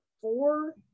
four